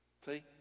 see